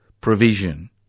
provision